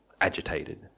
agitated